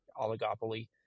oligopoly